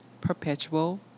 perpetual